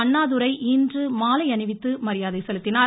அண்ணாதுரை இன்று மாலை அணிவித்து மரியாதை செலுத்தினார்